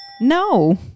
No